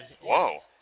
Whoa